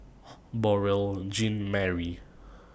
Beurel Jean Marie